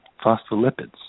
phospholipids